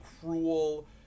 cruel